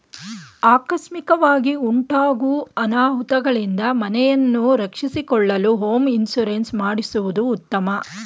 ಆಕಸ್ಮಿಕವಾಗಿ ಉಂಟಾಗೂ ಅನಾಹುತಗಳಿಂದ ಮನೆಯನ್ನು ರಕ್ಷಿಸಿಕೊಳ್ಳಲು ಹೋಮ್ ಇನ್ಸೂರೆನ್ಸ್ ಮಾಡಿಸುವುದು ಉತ್ತಮ